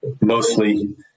mostly